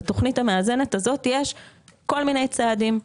בתוכנית המאזנת הזאת יש כל מיני צעדים,